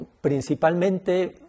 principalmente